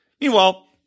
Meanwhile